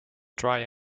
dry